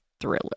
thriller